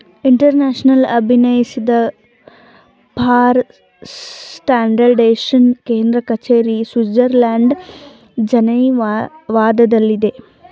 international ಅಭಿನಯಿಸಿದ for standardisation ಕೇಂದ್ರ ಕಚೇರಿ ಸ್ವಿಡ್ಜರ್ಲ್ಯಾಂಡ್ ಜಿನೀವಾದಲ್ಲಿದೆ